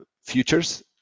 futures